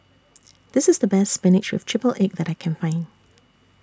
This IS The Best Spinach with Triple Egg that I Can Find